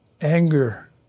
anger